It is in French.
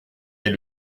est